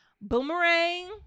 Boomerang